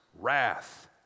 wrath